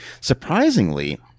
Surprisingly